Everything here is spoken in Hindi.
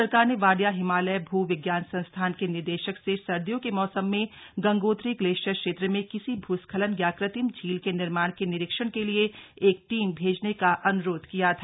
सरकार ने वाडिया हिमालय भू विज्ञान संस्थान के निदेशक से सर्दियों के मौसम में गंगोत्री ग्लेशियर क्षेत्र में किसी भूस्खलन या कृत्रिम झील के निर्माण के निरीक्षण के लिए एक टीम भेजने का अनुरोध किया था